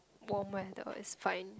warmer is fine